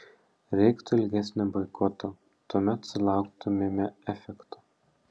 reiktų ilgesnio boikoto tuomet sulauktumėme efekto